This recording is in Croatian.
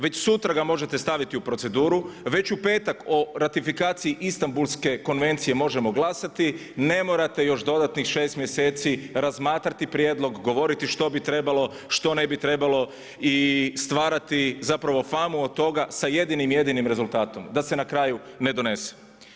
Već sutra ga možete staviti u proceduru, već u petak o ratifikaciji Istanbulske konvencije možemo glasati, ne morate još dodatnih šest mjeseci razmatrati prijedlog i govoriti što bi trebalo, što ne bi trebalo i stvarati zapravo famu od toga sa jednim jedinim rezultatom da se na kraju ne donese.